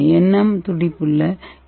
M துடிப்புள்ள என்